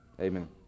Amen